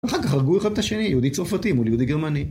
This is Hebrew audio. ואחר כך הרגו אחד את השני, יהודי צרפתי מול יהודי גרמני